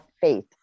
faith